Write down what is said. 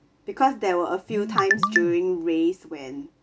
because there were a few times during race when